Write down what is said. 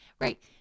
right